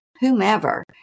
whomever